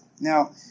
Now